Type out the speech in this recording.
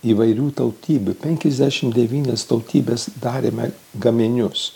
įvairių tautybių penkiasdešimt devynias tautybes darėme gaminius